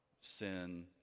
sin